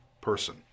person